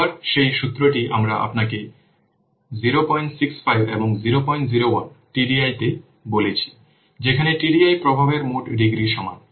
আবার সেই সূত্রটি আমরা আপনাকে 065 এবং 001 TDI তে বলেছি যেখানে TDI প্রভাবের মোট ডিগ্রির সমান